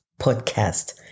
Podcast